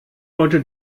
wollte